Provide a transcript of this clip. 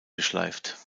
geschleift